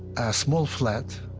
small flat